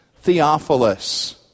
Theophilus